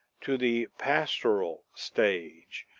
to the pastoral stage,